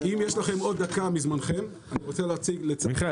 אם יש לכם עוד דקה מזמנכם אני רוצה להציג --- מיכאל,